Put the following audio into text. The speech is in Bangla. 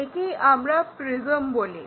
একেই আমরা প্রিজম বলি